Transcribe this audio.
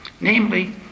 namely